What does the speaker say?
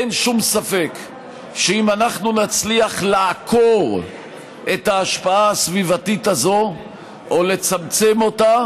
אין שום ספק שאם נצליח לעקור את ההשפעה הסביבתית הזאת או לצמצם אותה,